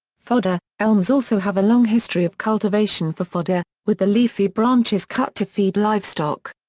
fodder elms also have a long history of cultivation for fodder, with the leafy branches cut to feed livestock.